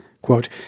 Quote